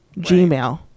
Gmail